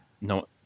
No